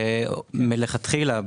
מלכתחילה,